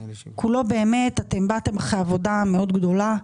אתם באתם אחרי עבודה מאוד גדולה,